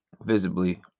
Visibly